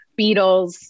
Beatles